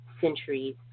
centuries